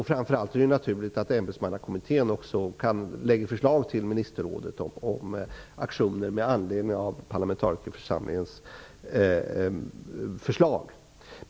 Framför allt är det naturligt att ämbetsmannakommittén lägger fram förslag om aktioner med anledning av parlamentarikerförsamlingens förslag.